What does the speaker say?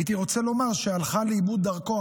הייתי רוצה לומר שהלכה לאיבוד דרכו,